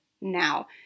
now